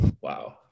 Wow